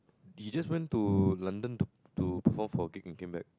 you just went to London to to perform a gig and came back